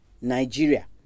Nigeria